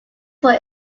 were